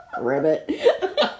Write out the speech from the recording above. Ribbit